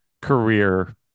career